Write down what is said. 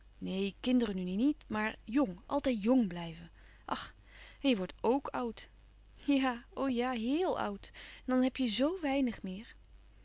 kinderen nu niet maar jong altijd jong blijven ach en je wordt ok oud ja o ja héel oud en dan heb je zoo weinig meer